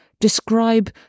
Describe